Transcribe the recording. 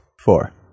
Four